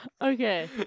Okay